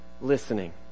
listening